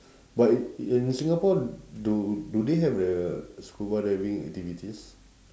but i~ in singapore do do they have the scuba diving activities